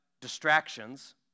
distractions